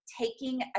taking